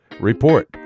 Report